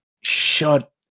shut